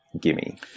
Gimme